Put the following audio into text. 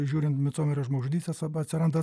žiūrint micomerio žmogžudystes arba atsiranda